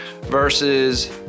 versus